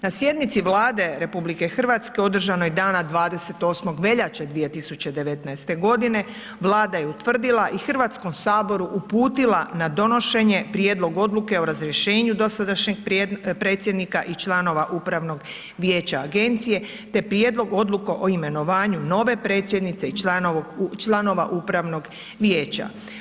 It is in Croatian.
Na sjednici Vlade RH, održanog dana 28. veljače 2019. g. vlada je utvrdila i Hrvatskom saboru uputila na donošenje prijedlog odluke o razrješenju dosadašnjeg predsjednika i članova upravnog vijeća agencije, te prijedlog odluke o imenovanju nove predsjednice i članova upravnog vijeća.